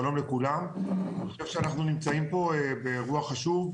אני חושב שאנחנו נמצאים פה באירוע חשוב,